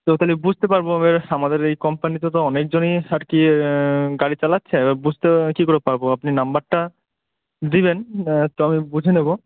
তো তাহলে বুঝতে পারবো এ আমাদের এই কোম্পানিতে তো অনেকজনই ইয়ে গাড়ি চালাচ্ছে এবার বুঝতে কি করে পারবো আপনি নম্বরটা দিবেন তো আমি বুঝে নেবো